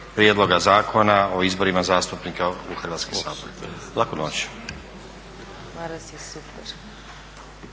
Prijedloga zakona o izborima zastupnika u Hrvatski sabor. Laku noć.